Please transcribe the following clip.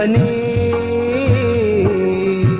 e